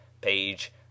page